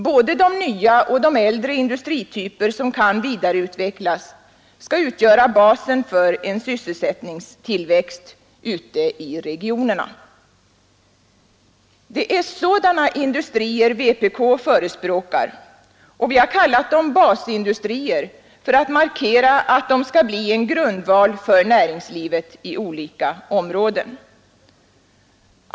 Både de nya och de äldre industrityper som kan vidareutvecklas skall utgöra basen för en sysselsättningstillväxt ute i regionerna. Det är sådana industrier vpk förespråkar. Vi har kallat dem basindustrier för att markera att de skall bli en grundval för näringslivet i olika områden.